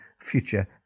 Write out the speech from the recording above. future